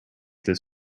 this